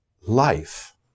life